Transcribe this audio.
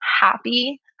happy